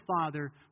father